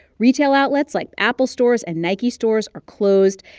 retail outlets like apple stores and nike stores are closed.